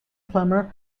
plummer